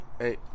hey